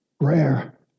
rare